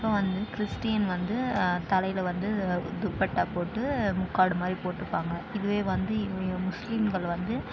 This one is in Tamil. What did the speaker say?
இப்போ வந்து கிறிஸ்டின் வந்து தலையில் வந்து துப்பட்டா போட்டு முக்காடு மாதிரி போட்டுப்பாங்க இதுவே வந்து முஸ்லீம்கள் வந்து